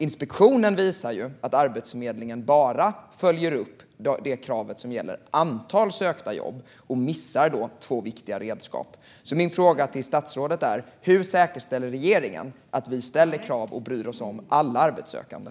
Inspektionen visar dock att Arbetsförmedlingen bara följer upp kravet om antal sökta jobb och alltså missar två viktiga krav. Hur säkerställer regeringen att staten ställer krav och bryr sig om alla arbetssökande?